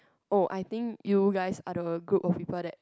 oh I think you guys are the group of people that